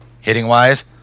Hitting-wise